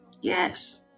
Yes